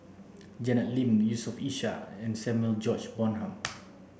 Janet Lim Yusof Ishak and Samuel George Bonham